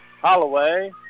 Holloway